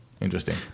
Interesting